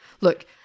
Look